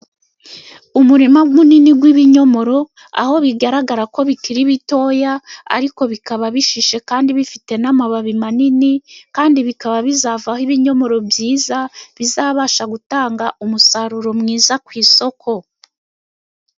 Umurima munini w'ibinyomoro, aho bigaragara ko bikiri bitoya ariko bikaba bishishe, kandi bifite n'amababi manini, kandi bikaba bizavaho ibinyomoro byiza bizabasha gutanga umusaruro mwiza ku isoko.